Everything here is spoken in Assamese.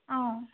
অঁ